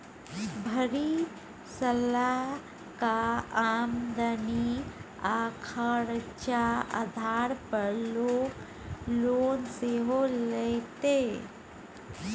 भरि सालक आमदनी आ खरचा आधार पर लोक लोन सेहो लैतै